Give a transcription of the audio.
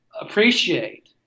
appreciate